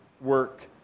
work